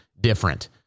different